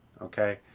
okay